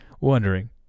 wondering